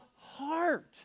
heart